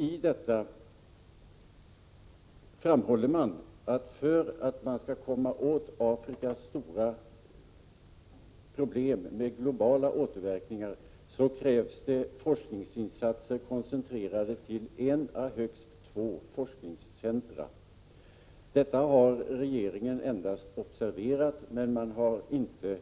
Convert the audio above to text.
I detta framhålls att för att komma åt Afrikas stora problem, med globala återverkningar, krävs det forskningsinsatser koncentrerade till ett eller högst två forskningscentra. Detta har regeringen endast observerat, och man har inte